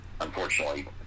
unfortunately